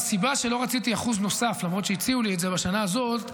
הסיבה שלא רציתי אחוז נוסף למרות שהציעו לי את זה בשנה הזאת,